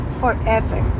forever